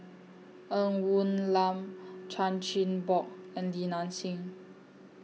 Ng Woon Lam Chan Chin Bock and Li Nanxing